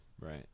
Right